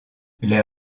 les